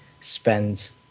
spends